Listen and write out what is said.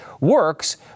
works